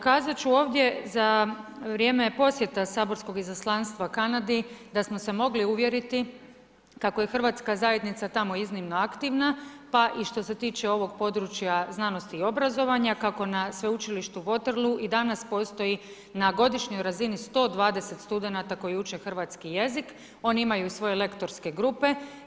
Kazat ću ovdje za vrijeme posjeta saborskog izaslanstva Kanadi da smo se mogli uvjeriti kako je Hrvatska zajednica tamo iznimno aktivna pa i što se tiče ovog područja znanosti i obrazovanja kako na Sveučilištu Waterloo-u i danas postoji na godišnjoj razini 120 studenata koji uče hrvatski jezik, oni imaju svoje lektorske grupe.